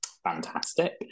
Fantastic